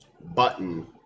button